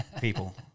people